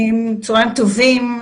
צהריים טובים.